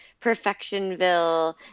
perfectionville